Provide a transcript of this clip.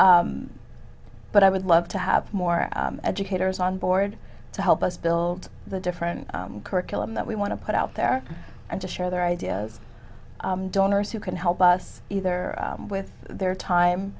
but i would love to have more educators on board to help us build the different curriculum that we want to put out there and to share their ideas donors who can help us either with their time